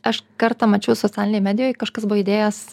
aš kartą mačiau socialinėj medijoj kažkas buvo įdėjęs